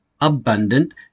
abundant